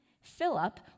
Philip